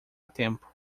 tempo